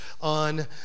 on